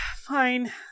fine